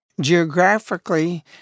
Geographically